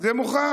זה מוכח.